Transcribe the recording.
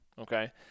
okay